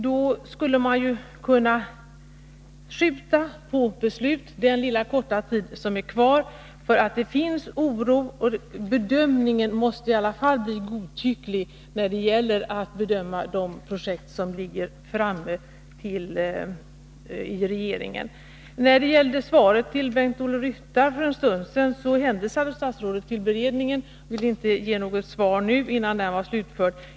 Man skulle ju kunna vänta med att fatta beslut under den korta tid som är kvar till dess att utredningen är klar, eftersom det finns en oro och bedömningen i alla fall måste bli godtycklig när det gäller de objekt som ligger framme för avgörande i regeringen. I sitt svar till Bengt-Ola Ryttar för en stund sedan hänvisade statsrådet till beredningen och ville inte ge något besked innan utredningsuppdraget var slutfört.